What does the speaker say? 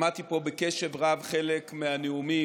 שמעתי פה בקשב רב חלק מהנאומים.